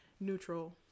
neutral